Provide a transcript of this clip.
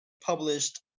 published